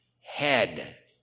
head